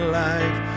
life